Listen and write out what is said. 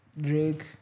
Drake